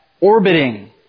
orbiting